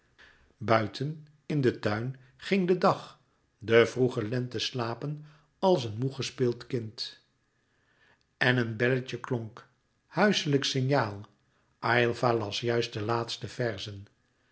buiten in den tuin ging de dag de vroege lente slapen als een moê gespeeld kind en een belletje klonk huiselijk signaal aylva las juist de laatste verzen